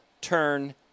turn